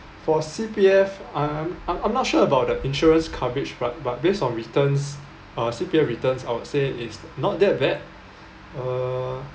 for C_P_F um I'm I'm not sure about the insurance coverage but but based on returns uh C_P_F returns I would say it's not that bad uh